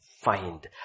find